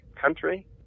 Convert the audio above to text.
country